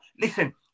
Listen